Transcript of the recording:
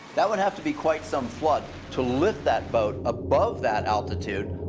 that would have to be quite some flood to lift that boat above that altitude.